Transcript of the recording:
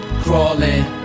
Crawling